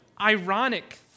ironic